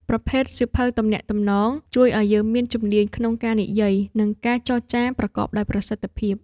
ប្រភេទសៀវភៅទំនាក់ទំនង ជួយឱ្យយើងមានជំនាញក្នុងការនិយាយ និងការចរចាប្រកបដោយប្រសិទ្ធភាព។